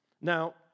Now